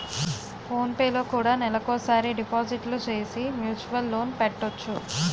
phone పేలో కూడా నెలకోసారి డిపాజిట్లు సేసి మ్యూచువల్ లోన్ పెట్టొచ్చు